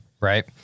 right